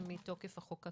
זה מתוקף החוק הקודם.